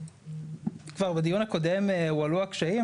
כבר בדיון הקודם הועלו הקשיים,